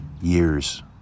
Years